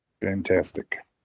Fantastic